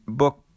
book